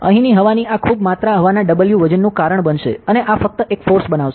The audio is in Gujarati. અહીંની હવાની આ ખૂબ માત્રા હવાના W વજનનું કારણ બનશે અને આ ફક્ત એક ફોર્સ બનાવશે